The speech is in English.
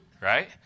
right